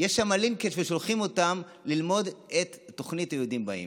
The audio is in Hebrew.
יש שם לינקים ששולחים אותם ללמוד את התוכנית היהודים באים.